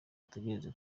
dutegereze